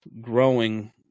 growing –